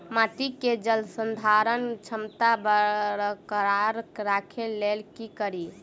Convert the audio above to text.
माटि केँ जलसंधारण क्षमता बरकरार राखै लेल की कड़ी?